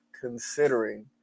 considering